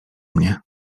mnie